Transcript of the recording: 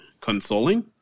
consoling